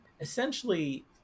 Essentially